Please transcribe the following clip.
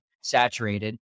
saturated